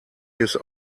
his